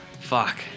fuck